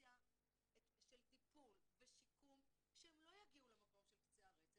האופציה של טיפול ושיקום שהם לא יגיעו למקום של קצה הרצף,